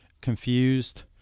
confused